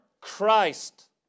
Christ